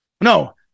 No